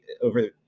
over